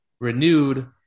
renewed